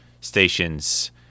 stations